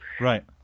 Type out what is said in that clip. Right